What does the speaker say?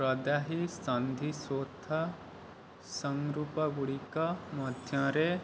ପ୍ରଦାହୀ ସନ୍ଧିଶୋଥ ସଂରୂପ ଗୁଡ଼ିକ ମଧ୍ୟରେ